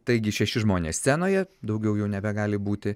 taigi šeši žmonės scenoje daugiau jau nebegali būti